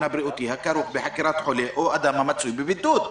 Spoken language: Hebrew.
הבריאותי הכרוך בחקירת חולה או אדם המצוי בבידוד....".